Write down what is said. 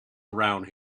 around